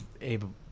able